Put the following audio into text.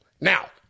Now